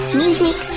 music